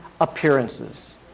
appearances